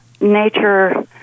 nature